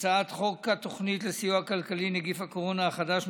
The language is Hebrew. הצעת חוק התוכנית לסיוע כלכלי (נגיף הקורונה החדש,